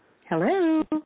Hello